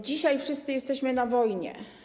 Dzisiaj wszyscy jesteśmy na wojnie.